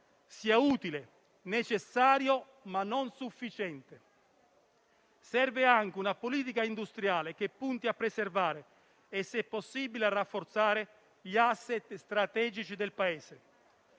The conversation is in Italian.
sia utile, necessario, ma non sufficiente. Serve anche una politica industriale che punti a preservare e, se possibile, rafforzare gli *asset* strategici del Paese.